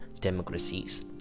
democracies